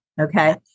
Okay